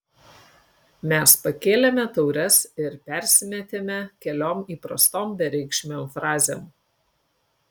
mes pakėlėme taures ir persimetėme keliom įprastom bereikšmėm frazėm